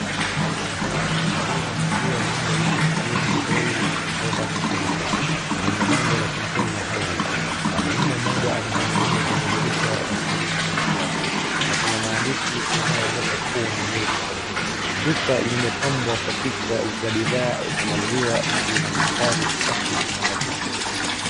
Duka la kuuza maziwa linaloitwa Kieni Dairy Products Limited lenye bango la kampuni ya Highridge. Mwanamume mmoja anahudumiwa kwenye dirisha la kuuza maziwa na kuna maandishi yanaonesha kuwa ni milk shop . Duka limepambwa kwa picha za bidhaa na maziwa na lina mandhari safi na nadhifu.